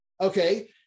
Okay